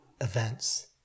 events